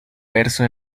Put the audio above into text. verso